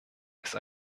ist